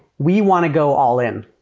we want to go all in.